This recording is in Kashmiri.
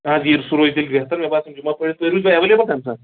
آ سُہ روزِ تیٚلہِ بہتر مےٚ باسان جمعہ پٔرِتھ تُہۍ روٗز مےٚ ایویلیبٕل تَمہِ ساتہٕ